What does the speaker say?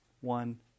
one